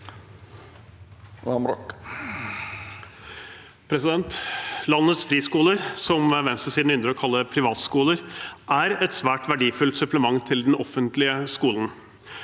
Landets fri- skoler, som venstresiden ynder å kalle privatskoler, er et svært verdifullt supplement til den offentlige skolen.